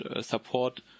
support